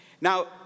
Now